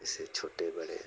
इससे छोटे बड़े